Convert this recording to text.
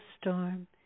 storm